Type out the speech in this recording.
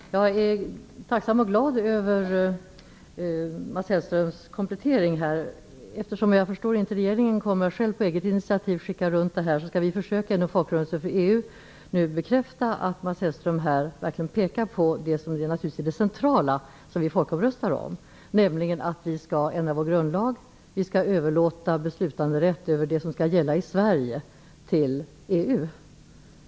Fru talman! Jag är tacksam och glad över Mats Hellströms komplettering. Jag förstår att regeringen inte tänker skicka runt detta på eget initiativ. Därför skall vi inom Folkrörelsen mot EU bekräfta att Mats Hellström här pekar på det som är det centrala, det som vi skall folkomrösta om, nämligen att vi skall ändra vår grundlag och överlåta beslutanderätten över det som skall gälla i Sverige till EU.